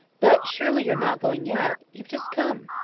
but surely you're not going yet? you've just come!